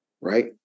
Right